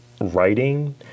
writing